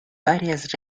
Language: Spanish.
varias